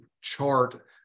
chart